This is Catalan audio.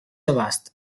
abast